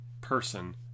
person